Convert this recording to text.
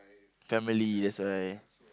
family that's why